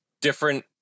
different